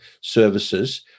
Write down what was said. services